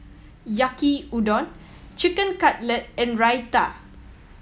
Yaki Udon Chicken Cutlet and Raita